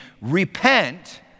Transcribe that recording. repent